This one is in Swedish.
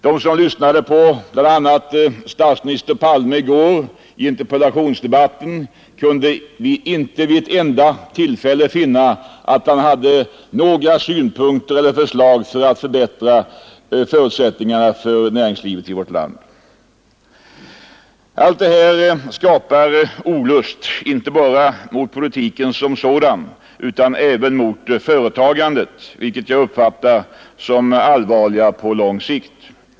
De som lyssnade på bl.a. statsminister Palme i gårdagens interpellationsdebatt kunde inte vid ett enda tillfälle finna att han hade några synpunkter eller förslag för att förbättra förutsättningarna för näringslivet i vårt land. Allt detta skapar en olust inte bara mot politiken som sådan utan även mot företagandet, vilket jag uppfattar som allvarligare på lång sikt.